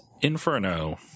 Inferno